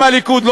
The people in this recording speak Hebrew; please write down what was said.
אם הליכוד,